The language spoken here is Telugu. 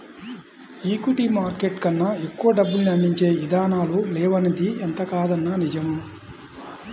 ఈక్విటీ మార్కెట్ కన్నా ఎక్కువ డబ్బుల్ని అందించే ఇదానాలు లేవనిది ఎంతకాదన్నా నిజం